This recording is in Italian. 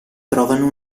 provano